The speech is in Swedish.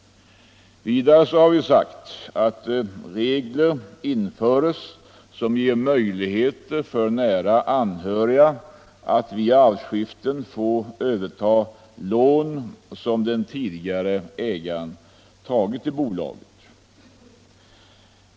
Vidare föreslår vi att regler införs som ger möjlighet för nära anhöriga till aktieägare att vid arvsskiften få överta lån som den tidigare ägaren tagit i bolaget.